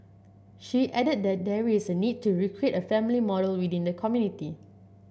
she added that there is a need to recreate a family model within the community